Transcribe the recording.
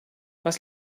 was